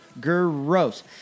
Gross